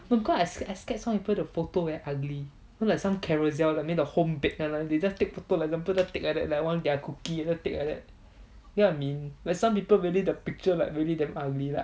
no cause I scared some people the photo very ugly know like some carousell I mean the home page they just take photo of the for example just take like that one their cookie just take like that get what I mean like some people like really the picture really damn ugly